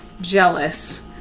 jealous